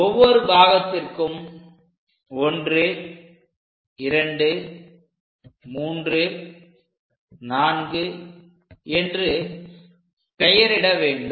ஒவ்வொரு பாகத்திற்கும் 1234 என்று பெயரிட வேண்டும்